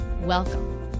Welcome